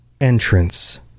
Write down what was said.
entrance